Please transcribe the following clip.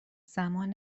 زمان